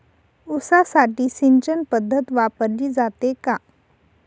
ऊसासाठी सिंचन पद्धत वापरली जाते का?